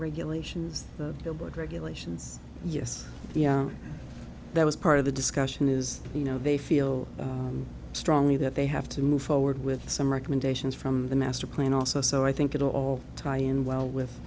regulations the board regulations yes that was part of the discussion is you know they feel strongly that they have to move forward with some recommendations from the master plan also so i think it all tion well with